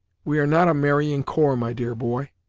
we are not a marrying corps, my dear boy.